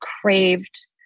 craved